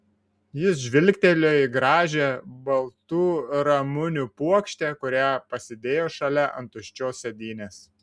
jis žvilgtelėjo į gražią baltų ramunių puokštę kurią pasidėjo šalia ant tuščios sėdynės